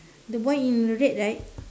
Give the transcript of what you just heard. the boy in red right